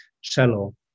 shallow